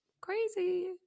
Crazy